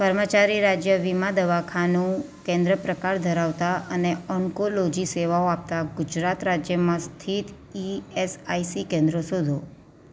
કર્મચારી રાજ્ય વીમા દવાખાનું કેન્દ્ર પ્રકાર ધરાવતાં અને અન્કોલોજી સેવાઓ આપતાં ગુજરાત રાજ્યમાં સ્થિત ઇએસઆઇસી કેન્દ્રો શોધો